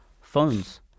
phones